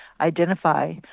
identify